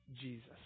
Jesus